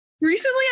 Recently